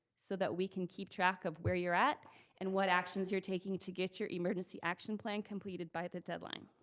so that we can keep track of where you're at and what actions you're taking to get your emergency action plan completed by the deadline.